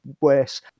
worse